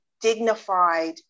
dignified